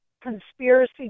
conspiracy